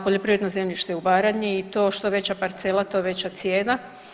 Poljoprivredno zemljište u Baranji i to što veća parcela, to je veća cijena.